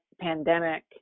pandemic